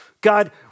God